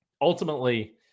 ultimately